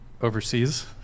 overseas